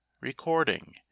Recording